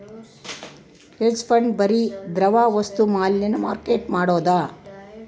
hedge fund ಬರಿ ದ್ರವ ವಸ್ತು ಮ್ಯಾಲ ಮಾರ್ಕೆಟ್ ಮಾಡೋದು